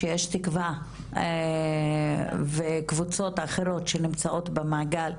שיש תקווה וקבוצות אחרות שנמצאות במעגל,